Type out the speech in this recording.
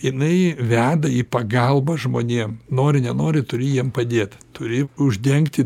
jinai veda į pagalbą žmonėm nori nenori turi jiem padėt turi uždengti